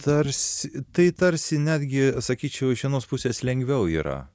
tarsi tai tarsi netgi sakyčiau iš vienos pusės lengviau yra